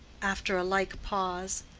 after a like pause,